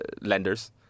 lenders